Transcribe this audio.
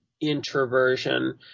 introversion